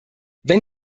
wenn